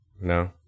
No